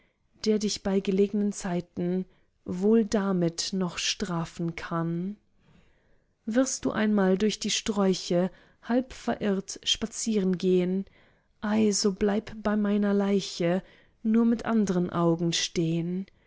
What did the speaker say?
der dich bei gelegnen zeiten wohl damit noch strafen kann wirst du einmal durch die sträuche halb verirrt spazieren gehn ei so bleib bei meiner leiche nur mit andern augen stehn